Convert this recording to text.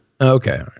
Okay